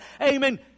Amen